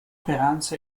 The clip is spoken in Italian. speranza